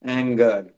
anger